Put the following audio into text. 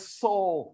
soul